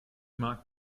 mag